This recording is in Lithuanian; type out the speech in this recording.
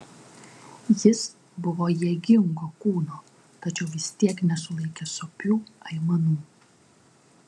jis buvo jėgingo kūno tačiau vis tiek nesulaikė sopių aimanų